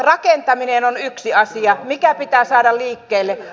rakentaminen on yksi asia mikä pitää saada liikkeelle